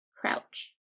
crouch